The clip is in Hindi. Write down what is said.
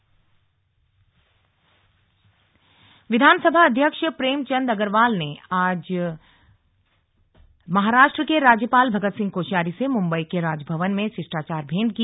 मुलाकात विधानसभा अध्यक्ष प्रेमचंद अग्रवाल ने आज महाराष्ट्र के राज्यपाल भगत सिंह कोश्यारी से मुम्बई के राजभवन में शिष्टाचार भेंट की